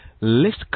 list